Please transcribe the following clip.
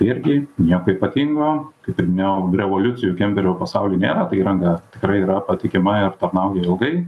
irgi nieko ypatingo kaip ir minėjau revoliucijų kemperių pasauly nėra tai įranga tikrai yra patikima ir tarnauja ilgai